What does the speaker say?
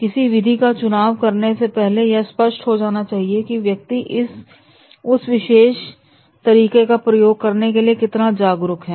किसी विधि का चुनाव करने से पहले यह स्पष्ट होना चाहिए कि वह व्यक्ति उस विशेष तरीके का प्रयोग करने के लिए कितना जागरूक है